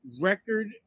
record